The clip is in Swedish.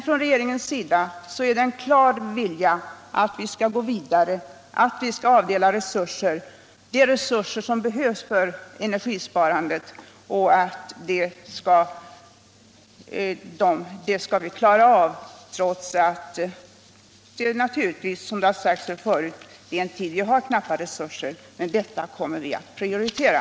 Från regeringens sida är det en klar vilja att gå vidare och att avdela de resurser som behövs för energisparandet. Det skall vi klara av, trots att det nu är en tid då vi har knappa resurser. Men detta område kommer vi att prioritera.